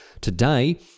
today